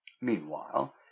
Meanwhile